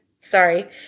Sorry